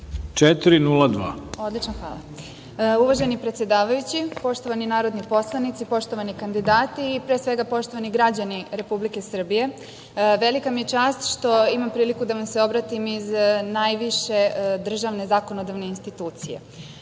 Mihailović** Hvala. Uvaženi predsedavajući, poštovani narodni poslanici, poštovani kandidati i pre svega poštovani građani Republike Srbije, velika mi je čast što imam priliku da vam se obratim iz najviše državne zakonodavne institucije. Čestitam